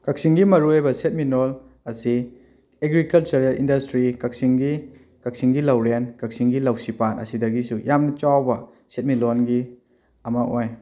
ꯀꯛꯆꯤꯡꯒꯤ ꯃꯔꯨ ꯑꯣꯏꯕ ꯁꯦꯟꯃꯤꯠꯂꯣꯟ ꯑꯁꯤ ꯑꯦꯒ꯭ꯔꯤꯀꯜꯆꯔꯦ ꯏꯟꯗꯁꯇ꯭ꯔꯤ ꯀꯛꯆꯤꯡꯒꯤ ꯀꯛꯆꯤꯡꯒꯤ ꯂꯧꯔꯦꯟ ꯀꯛꯆꯤꯡꯒꯤ ꯂꯧꯁꯤꯄꯥꯠ ꯑꯁꯤꯗꯒꯤꯁꯨ ꯌꯥꯝꯅ ꯆꯥꯎꯕ ꯁꯦꯟꯃꯤꯠꯂꯣꯟꯒꯤ ꯑꯃ ꯑꯣꯏ